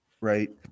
Right